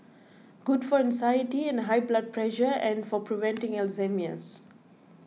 good for anxiety and high blood pressure and for preventing Alzheimer's